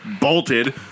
bolted